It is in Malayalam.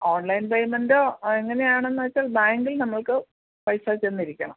ഓൺലൈൻ പേയ്മെൻറ്റോ അതെങ്ങനെ ആണെന്ന് വച്ചാൽ ബാങ്കിൽ നമുക്ക് പൈസ ചെന്നിരിക്കണം